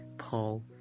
Paul